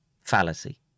fallacy